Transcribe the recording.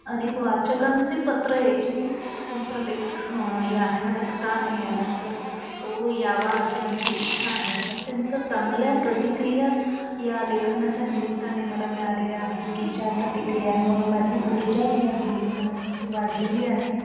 अनेक वाचकांचे पत्र यायची की तुमचा लेख या आठवड्यात का नाही आला तर तो यावा अशी आमची इच्छा आहे अत्यंत चांगल्या प्रतिक्रिया या लेखनाच्या निमित्ताने मला मिळालेल्या आहेत की ज्या प्रतिक्रियांमुळे माझी ऊर्जा जी आहे लिखाणाची ती वाढलेली आहे